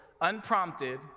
unprompted